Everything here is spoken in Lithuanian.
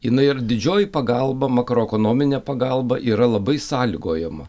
jinai ir didžioji pagalba makroekonominė pagalba yra labai sąlygojama